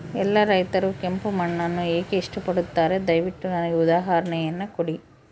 ಎಲ್ಲಾ ರೈತರು ಕೆಂಪು ಮಣ್ಣನ್ನು ಏಕೆ ಇಷ್ಟಪಡುತ್ತಾರೆ ದಯವಿಟ್ಟು ನನಗೆ ಉದಾಹರಣೆಯನ್ನ ಕೊಡಿ?